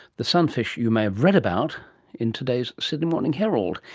the sunfish you may have read about in today's sydney morning herald.